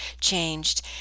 changed